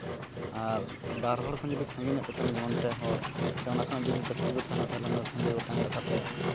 ᱟᱨ ᱵᱟᱨ ᱦᱚᱲ ᱠᱷᱚᱱ ᱡᱩᱫᱤ ᱥᱟᱸᱜᱮ ᱧᱚᱜ ᱠᱚ ᱛᱟᱦᱮᱱᱟ ᱡᱮᱢᱚᱱ ᱯᱮ ᱦᱚᱲ ᱥᱮ ᱚᱱᱟ ᱠᱷᱚᱱᱟᱜ ᱡᱩᱫᱤ ᱡᱟᱥᱛᱤ ᱠᱚ ᱛᱟᱦᱮᱱᱟ ᱚᱱᱟ ᱛᱟᱦᱚᱞᱮ ᱚᱱᱟ ᱥᱟᱸᱜᱮ ᱜᱚᱴᱟᱝ ᱞᱮᱠᱟᱛᱮ